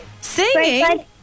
Singing